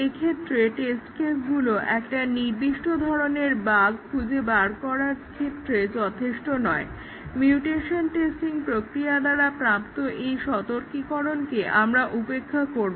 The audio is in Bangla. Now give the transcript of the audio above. এক্ষেত্রে টেস্ট কেসগুলো একটা নির্দিষ্ট ধরনের বাগ্ খুঁজে বার করার ক্ষেত্রে যথেষ্ট নয় মিউটেশন টেস্টিং প্রক্রিয়া দ্বারা প্রাপ্ত এই সতর্কীকরণকে আমরা উপেক্ষা করব